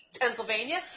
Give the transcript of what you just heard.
Pennsylvania